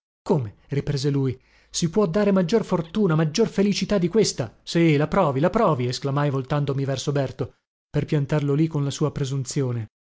come riprese lui si può dare maggior fortuna maggior felicità di questa sì la provi la provi esclamai voltandomi verso berto per piantarlo lì con la sua presunzione